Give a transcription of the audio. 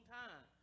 time